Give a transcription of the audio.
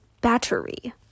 battery